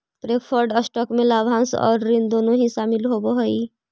preferred stock में लाभांश आउ ऋण दोनों ही शामिल होवऽ हई